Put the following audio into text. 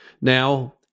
Now